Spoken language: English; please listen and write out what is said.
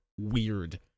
Weird